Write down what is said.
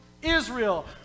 Israel